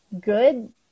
good